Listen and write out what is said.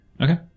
Okay